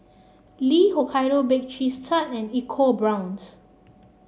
Lee Hokkaido Baked Cheese Tart and ecoBrown's